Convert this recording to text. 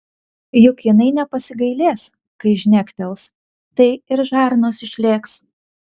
juk jinai nepasigailės kai žnektels tai ir žarnos išlėks